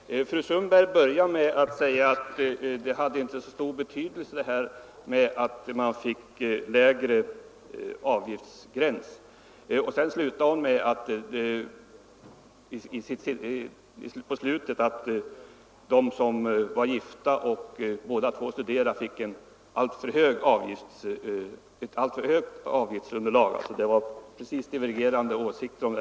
Herr talman! Fru Sundberg började med att säga att det inte hade så stor betydelse att man fick en lägre avgiftsgräns. På slutet sade hon att gifta personer, som båda studerar, fick ett alltför högt avgiftsunderlag. Det var alltså helt divergerande åsikter.